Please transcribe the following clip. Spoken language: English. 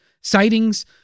sightings